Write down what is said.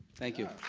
thank you.